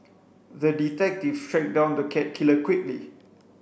the detective tracked down the cat killer quickly